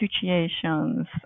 situations